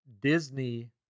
Disney